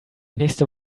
nächste